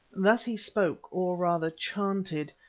thus he spoke, or rather chanted,